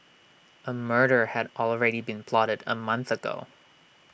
A murder had already been plotted A month ago